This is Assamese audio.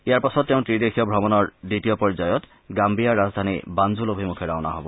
ইয়াৰ পাছত তেওঁ ত্ৰিদেশীয় ভ্ৰমণৰ দ্বিতীয় পৰ্যায়ত গান্বীয়াৰ ৰাজধানী বাঞ্জুল অভিমুখে ৰাওনা হব